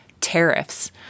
tariffs